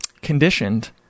conditioned